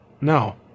no